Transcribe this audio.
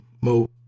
mo